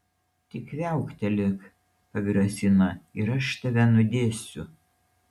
tik viauktelėk pagrasina ir aš tave nudėsiu